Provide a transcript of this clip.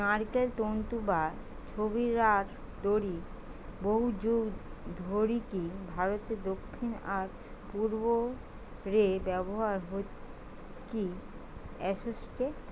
নারকেল তন্তু বা ছিবড়ার দড়ি বহুযুগ ধরিকি ভারতের দক্ষিণ আর পূর্ব রে ব্যবহার হইকি অ্যাসেটে